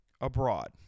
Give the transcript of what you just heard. abroad